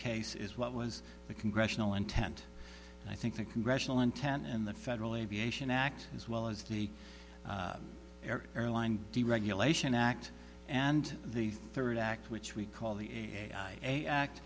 case is what was the congressional intent and i think the congressional intent and the federal aviation act as well as the air airline deregulation act and the third act which we call the a a act